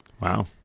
Wow